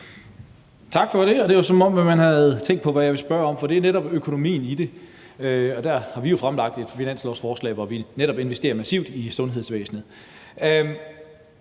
Tak for det. Det var, som om man havde tænkt på, hvad jeg ville spørge om, for det er netop økonomien i det. Der har vi jo fremlagt et finanslovsforslag, hvor vi netop investerer massivt i sundhedsvæsenet.